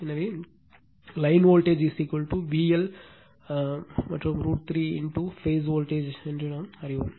எனவே line voltage VL மற்றும் √ 3 phase voltage என்று அறிவோம்